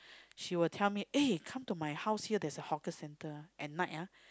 she will tell me eh come to my house here there is an hawker centre at night ah